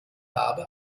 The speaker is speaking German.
habe